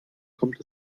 kommt